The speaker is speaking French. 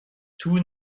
tout